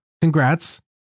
congrats